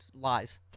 lies